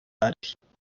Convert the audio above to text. particulares